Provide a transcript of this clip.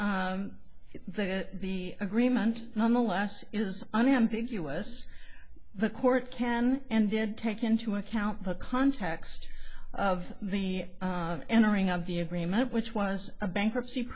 the the agreement on the last is unambiguous the court can and did take into account the context of the entering of the agreement which was a bankruptcy